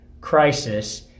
crisis